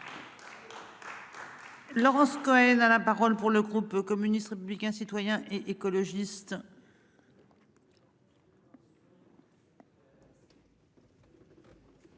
Laurence Cohen à la parole pour le groupe communiste, républicain, citoyen et écologiste.